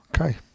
Okay